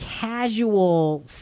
casual